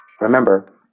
Remember